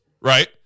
right